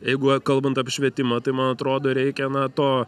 jeigu kalbant apie švietimą tai man atrodo reikia na to